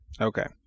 Okay